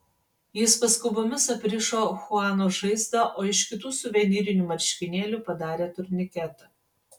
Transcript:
jis paskubomis aprišo chuano žaizdą o iš kitų suvenyrinių marškinėlių padarė turniketą